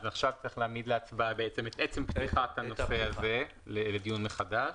אז עכשיו צריך להעמיד להצבעה את פתיחת הנושא לדיון מחדש?